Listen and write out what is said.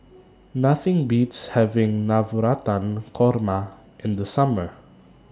Nothing Beats having Navratan Korma in The Summer